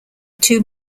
two